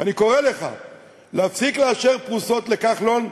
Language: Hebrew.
ואני קורא לך להפסיק לאשר פרוסות לכחלון,